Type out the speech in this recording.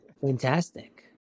Fantastic